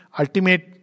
ultimate